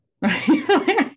right